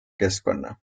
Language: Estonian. keskkonna